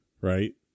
right